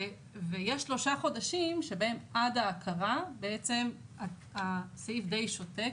ויש שלושה חודשים שבהם עד ההכרה בעצם הסעיף די שותק